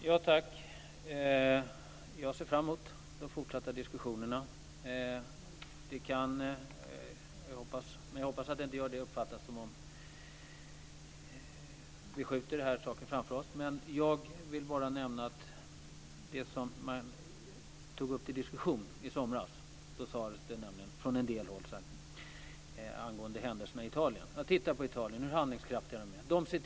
Fru talman! Jag ser fram emot de fortsatta diskussionerna. Det kan uppfattas som om vi skjuter saken framför oss, men jag hoppas att det inte gör det. Jag vill bara nämna det som man tog upp till diskussion i somras. Då sades det nämligen från en del håll angående händelserna i Italien att man skulle titta på Italien och hur handlingskraftiga de var.